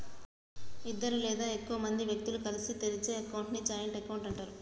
ఇద్దరు లేదా ఎక్కువ మంది వ్యక్తులు కలిసి తెరిచే అకౌంట్ ని జాయింట్ అకౌంట్ అంటరు